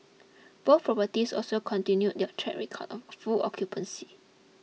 both properties also continued their track record of full occupancy